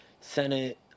Senate